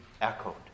echoed